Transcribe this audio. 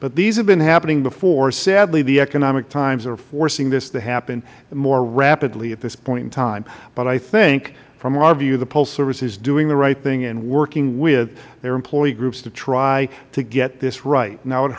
but these have been happening before sadly the economic times are forcing this to happen more rapidly at this point in time but i think from our view the postal service is doing the right thing and working with their employee groups to try to get this right now